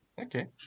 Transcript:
Okay